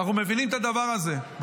ואנחנו מבינים את הדבר הזה,